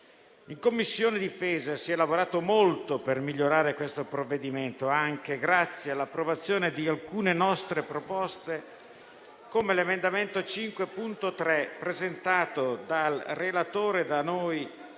In Commissione difesa si è lavorato molto per migliorare questo provvedimento, anche grazie all'approvazione di alcune nostre proposte, come l'emendamento 5.3, presentato dal relatore e da noi